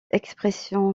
expression